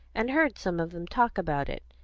and heard some of them talk about it.